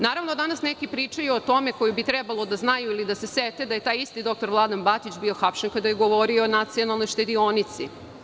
Naravno, danas neki pričaju o tome koji bi trebalo da znaju ili da se sete da je taj isti doktor Vladan Batić bio hapšen kada je govorio o Nacionalnoj štedionici.